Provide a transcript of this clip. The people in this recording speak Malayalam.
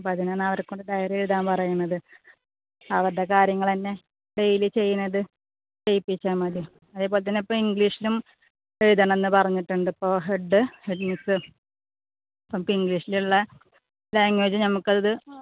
അപ്പം അതിനാണ് അവരെക്കൊണ്ട് ഡയറി എഴുതാൻ പറയുന്നത് അവരുടെ കാര്യങ്ങൾ തന്നെ ഡെയിലി ചെയ്യുന്നത് ചെയ്യിപ്പിച്ചാൽ മതി അതേപോലെ തന്നെ ഇപ്പം ഇംഗ്ലീഷിനും എഴുതണമെന്ന് പറഞ്ഞിട്ടുണ്ട് ഇപ്പോൾ ഹെഡ് ഹെഡ്മിസ് അപ്പം ഇംഗ്ലീഷിലുള്ള ലാംഗ്വേജ് നമുക്കത്